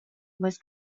was